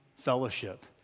Fellowship